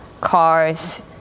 cars